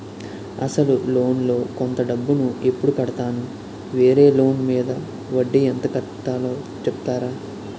అసలు లోన్ లో కొంత డబ్బు ను ఎప్పుడు కడతాను? వేరే లోన్ మీద వడ్డీ ఎంత కట్తలో చెప్తారా?